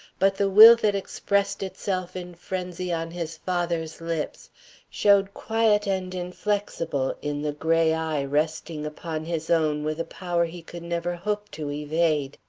but the will that expressed itself in frenzy on his father's lips showed quiet and inflexible in the gray eye resting upon his own with a power he could never hope to evade.